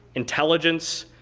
intelligence,